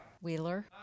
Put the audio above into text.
Wheeler